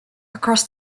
across